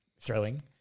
thrilling